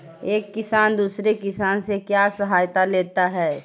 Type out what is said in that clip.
एक किसान दूसरे किसान से क्यों सहायता लेता है?